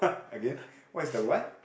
again what is the what